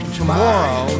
tomorrow